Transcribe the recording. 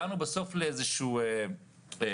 בסוף הגענו לאיזו מטריצה,